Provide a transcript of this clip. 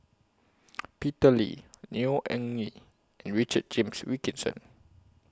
Peter Lee Neo Anngee and Richard James Wilkinson